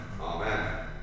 Amen